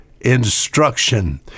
instruction